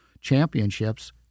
championships